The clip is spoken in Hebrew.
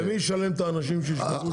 ומי ישלם לאנשים שישמרו שם?